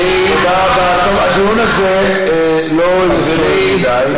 חברים, הדיון הזה לא יהיה סוער מדי.